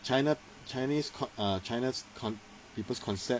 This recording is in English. china chinese c~ uh china's con~ people's concept